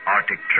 Arctic